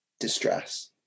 distress